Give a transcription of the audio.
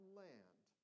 land